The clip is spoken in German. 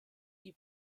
die